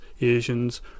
Asians